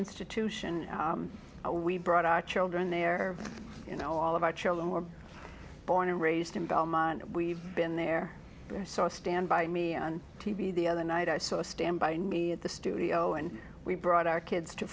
institution we brought our children there you know all of our children were born and raised in belmont we've been there so i stand by me on t v the other night i saw stand by me at the studio and we brought our kids to